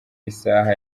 isaha